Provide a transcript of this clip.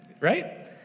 right